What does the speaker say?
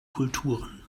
kulturen